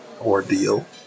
ordeal